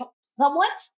somewhat